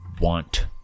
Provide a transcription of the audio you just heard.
want